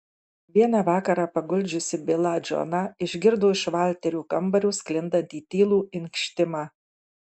vieną vakarą paguldžiusi bilą džoną išgirdo iš valterio kambario sklindantį tylų inkštimą